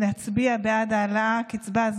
שיצביעו בעד העלאת הקצבה.